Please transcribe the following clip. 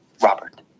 Robert